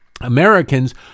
Americans